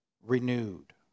renewed